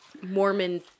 mormon